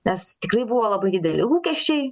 nes tikrai buvo labai dideli lūkesčiai